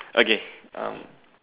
okay um